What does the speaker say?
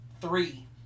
three